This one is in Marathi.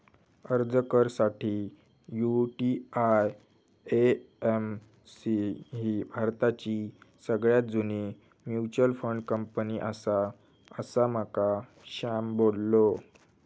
अर्ज कर साठी, यु.टी.आय.ए.एम.सी ही भारताची सगळ्यात जुनी मच्युअल फंड कंपनी आसा, असा माका श्याम बोललो